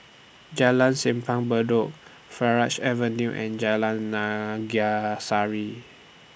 Jalan Simpang Bedok Farleigh Avenue and Jalan Naga Sari